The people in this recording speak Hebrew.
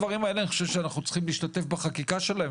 אני חושב שאנחנו צריכים להשתתף בחקיקה של כל הדברים האלה,